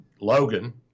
Logan